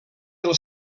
del